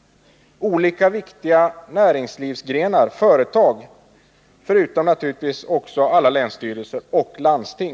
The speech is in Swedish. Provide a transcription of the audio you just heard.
— företag inom olika väsentliga näringslivsgrenar, vid sidan av den samverkan som förekommer med alla länsstyrelser och landsting.